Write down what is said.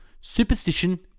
superstition